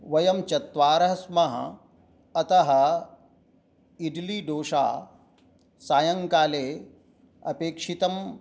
वयं चत्वारः स्मः अतः इड्लीडोषा सायङ्काले अपेक्षितं